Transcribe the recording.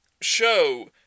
show